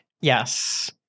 Yes